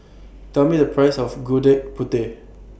Tell Me The Price of Gudeg Putih